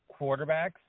quarterbacks